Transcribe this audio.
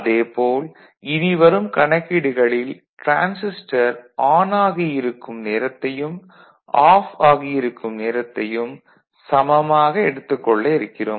அதே போல் இனி வரும் கணக்கீடுகளில் டிரான்சிஸ்டர் ஆன் ஆகியிருக்கும் நேரத்தையும் ஆஃப் ஆகியிருக்கும் நேரத்தையும் சமமாக எடுத்துக் கொள்ள இருக்கிறோம்